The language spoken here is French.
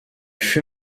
fut